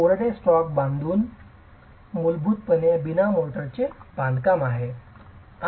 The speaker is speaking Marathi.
तर कोरडे स्टॅक बांधकाम मूलभूतपणे बीना मोर्टारचे बांधकाम आहे